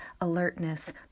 alertness